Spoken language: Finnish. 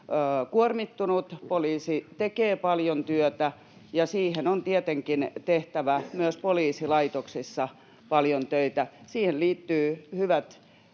kuormittunut. Poliisi tekee paljon työtä, ja siihen on tietenkin tehtävä myös poliisilaitoksissa paljon töitä. Siihen liittyvät hyvät